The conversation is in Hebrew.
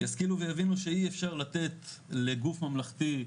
ישכילו ויבינו שאי אפשר לתת לגוף ממלכתי,